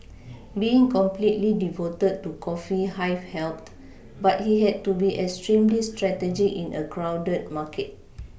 being completely devoted to coffee Hive helped but he had to be extremely strategic in a crowded market